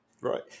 Right